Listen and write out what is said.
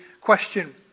question